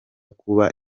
kuba